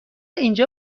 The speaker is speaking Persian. اینجا